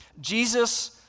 jesus